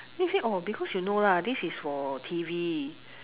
then he say oh because you know lah this is for T_V